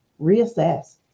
reassess